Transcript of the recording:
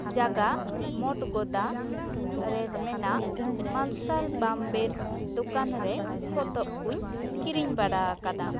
ᱡᱟᱜᱟ ᱢᱚᱴᱜᱚᱫᱟ ᱨᱮ ᱢᱮᱱᱟᱜ ᱢᱟᱨᱥᱟᱞ ᱵᱟᱢᱵᱮᱨ ᱫᱚᱠᱟᱱ ᱨᱮ ᱯᱚᱛᱚᱵ ᱠᱚᱹᱧ ᱠᱤᱨᱤᱧ ᱵᱟᱲᱟ ᱟᱠᱟᱫᱟ